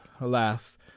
alas